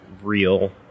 real